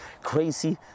crazy